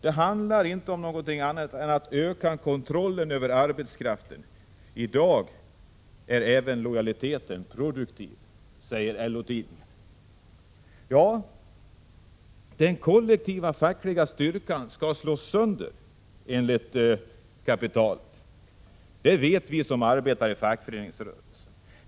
Det handlar inte om någonting annat än att öka kontrollen över arbetskraften. I dag är även lojaliteten produktiv.” Ja, kapitalet vill att den kollektiva fackliga styrkan skall slås sönder. Det vet vi som arbetar i fackföreningsrörelsen.